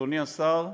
אדוני השר,